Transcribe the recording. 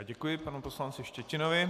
Děkuji panu poslanci Štětinovi.